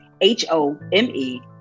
H-O-M-E